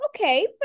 Okay